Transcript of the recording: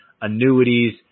annuities